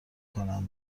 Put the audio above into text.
کنم